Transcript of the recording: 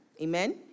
Amen